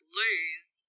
lose